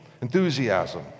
Enthusiasm